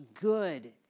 good